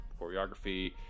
choreography